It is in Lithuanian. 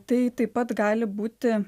tai taip pat gali būti